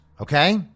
Okay